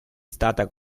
stata